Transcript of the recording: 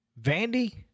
Vandy